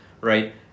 right